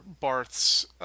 Barth's